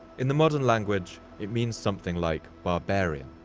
in the modern language it means something like barbarian,